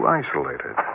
isolated